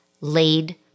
laid